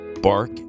bark